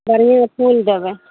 बढ़िआँ फुल देबै